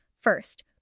First